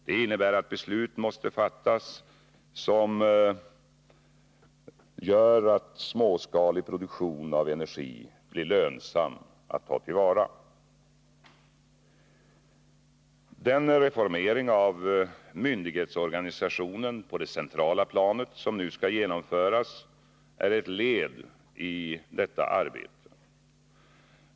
Det innebär att beslut måste fattas som gör att småskalig produktion av energi blir lönsam att ta till vara. Den reformering av myndighetsorganisationen på det centrala planet som nu ska genomföras är ett led i detta arbete.